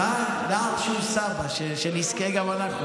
10,000 שקל לשנה ללוחם או לוחמת,